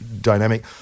dynamic